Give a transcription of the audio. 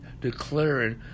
declaring